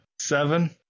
Seven